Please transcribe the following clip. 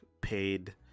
paid